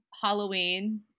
Halloween